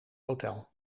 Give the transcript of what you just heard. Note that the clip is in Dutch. hotel